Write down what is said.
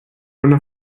una